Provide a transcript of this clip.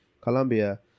Colombia